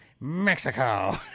Mexico